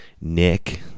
Nick